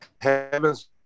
heavens